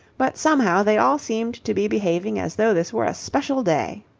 but somehow they all seemed to be behaving as though this were a special day.